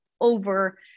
over